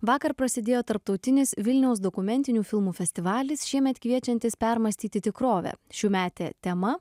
vakar prasidėjo tarptautinis vilniaus dokumentinių filmų festivalis šiemet kviečiantis permąstyti tikrovę šiųmetė tema